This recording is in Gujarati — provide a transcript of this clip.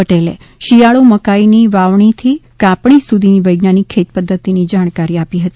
પટેલે શિયાળુ મકાઈની વાવણીથી કાપણી સુધીની વૈજ્ઞાનિક ખેત પધ્ધતિની જાણકારી આપી હતી